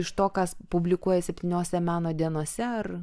iš to kas publikuoja septyniose meno dienose ar